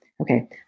Okay